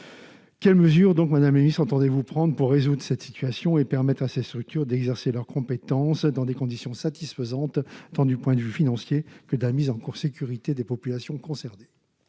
Quelles mesures donc Madame Elis, entendez-vous prendre pour résoudre cette situation et permettre à ces structures d'exercer leurs compétences dans des conditions satisfaisantes, tant du point de vue financier que d'amis en cours sécurité des populations concernées.